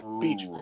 beach